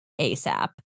ASAP